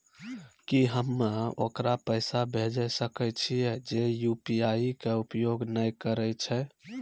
की हम्मय ओकरा पैसा भेजै सकय छियै जे यु.पी.आई के उपयोग नए करे छै?